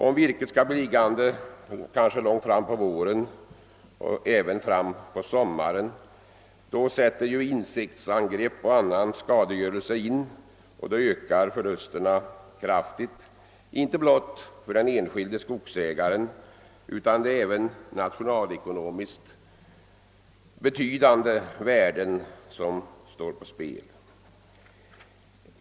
Om virket blir liggande till långt fram på våren och sommaren, sätter insektsangrepp och annan skadegörelse in och ökar förlusterna kraftigt, inte bara för den enskilde skogsägaren utan även ur nationalekonomisk synpunkt.